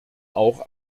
auch